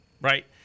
right